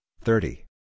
thirty